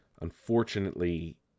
unfortunately